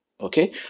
Okay